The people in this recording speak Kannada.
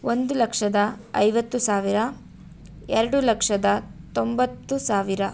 ಒಂದು ಲಕ್ಷದ ಐವತ್ತು ಸಾವಿರ ಎರಡು ಲಕ್ಷದ ತೊಂಬತ್ತು ಸಾವಿರ